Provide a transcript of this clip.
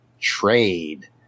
Trade